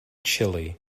chilly